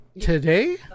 today